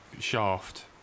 shaft